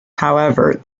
however